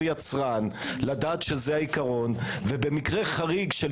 יצרן לדעת שזה העיקרון ובמקרה חריג של